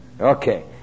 Okay